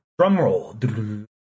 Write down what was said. drumroll